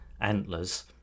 antlers